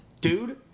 Dude